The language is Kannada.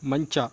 ಮಂಚ